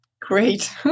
Great